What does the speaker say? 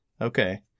Okay